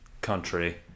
country